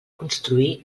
construir